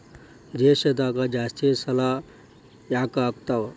ದೇಶದಾಗ ಜಾಸ್ತಿಸಾಲಾ ಯಾಕಾಗ್ತಾವ?